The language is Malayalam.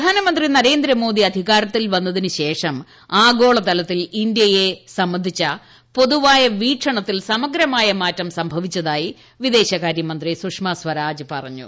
പ്രധാനമന്ത്രി നരേന്ദ്രമോദി അധികാരത്തിൽ വന്നതിനു ശേഷം ആഗോളതലത്തിൽ ഇന്ത്യയെ സംബന്ധിച്ച പൊതുവായ വീക്ഷണത്തിൽ സമഗ്രമായ മാറ്റം സംഭവിച്ചതായി വിദേശകാരൃമന്ത്രി സുഷമസ്വരാജ് പറഞ്ഞു